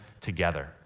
together